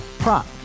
Prop